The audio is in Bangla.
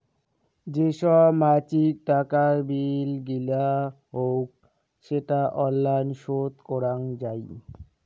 যে সব মাছিক টাকার বিল গিলা হউক সেটা অনলাইন শোধ করাং যাই